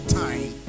time